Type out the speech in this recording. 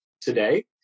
today